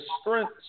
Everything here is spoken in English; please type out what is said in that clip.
strength